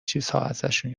چیزهاازشون